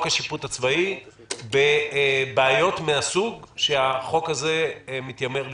השיפוט הצבאי בבעיות מהסוג שהחוק הזה מתיימר לפתור?